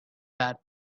that